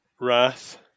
wrath